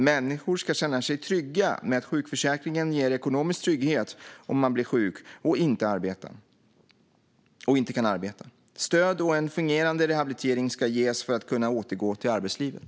Människor ska känna sig trygga med att sjukförsäkringen ger ekonomisk trygghet om man blir sjuk och inte kan arbeta. Stöd och en fungerande rehabilitering ska ges för att man ska kunna återgå till arbetslivet.